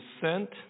sent